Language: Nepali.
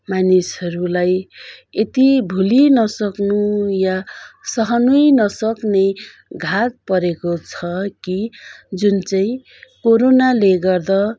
मानिसहरूलाई यति भुलि नसक्नु या सहनै नसक्ने घात परेको छ कि जुन चाहिँ कोरोनाले गर्दा